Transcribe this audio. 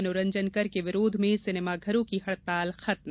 मनोरंजन कर के विरोध में सिनेमाघरों की हड़ताल खत्म